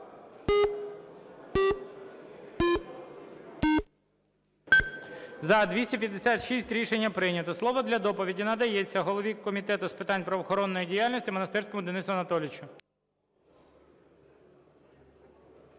За-256 Рішення прийнято. Слово для доповіді надається голові Комітету з питань правоохоронної діяльності Монастирському Денису Анатолійовичу.